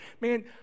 Man